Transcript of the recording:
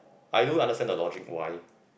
I do understand the logic why